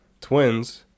Twins